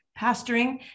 pastoring